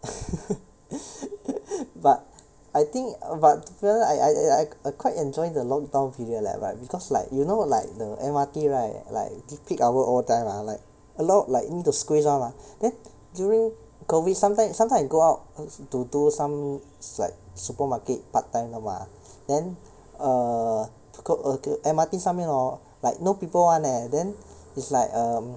but I think but I I I I quite enjoy the lock down period leh but because like you know like the M_R_T right like peak hour all time ah like a lot like need to squeeze [one] mah then during COVID sometime sometime I go out to do some like supermarket part time de mah then err M_R_T 上面 hor like no people one leh then it's like err